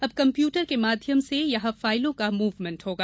अब कम्प्यूटर के माध्यम से यहां फाईलों का मूवमेंट होगा